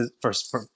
first